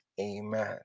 amen